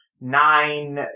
Nine